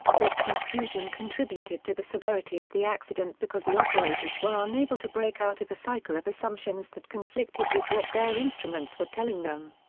this confusion contributed to the severity of the accident because the operators were unable to break out of a cycle of assumptions that conflicted with what their instruments were telling them.